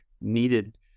needed